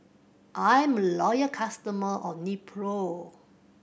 i'm a loyal customer of Nepro